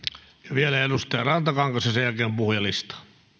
vielä edustaja rantakangas ja sen jälkeen puhujalistaan